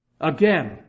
again